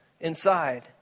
inside